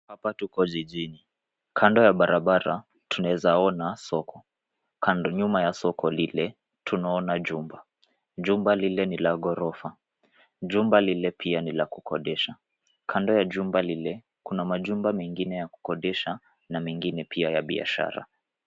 Hapa tuko jiji, kando ya barabara tunaeza ona soko. Nyuma ya soko lile tunaona jumba, jumba lile ni la ghorofa, jumba lile pia ni la kukodesha. Kando ya jumba lile, kuna majumba mengine ya kukodesha na mengine pia ya biashara.